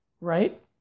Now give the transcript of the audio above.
right